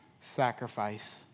sacrifice